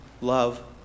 love